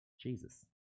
Jesus